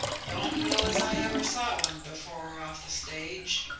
don't know as i ever saw one before off the stage.